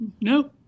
no